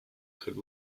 could